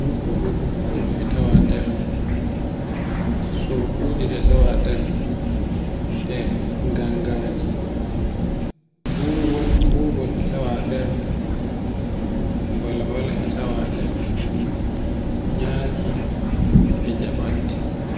nyukko luɓuko e tawa nder, surkuju e tawa nder, e gangaji, bubol e tawa nder, balabala e tawa nder, nyakki e jaɓatti.